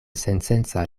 sensenca